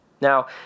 now